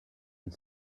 and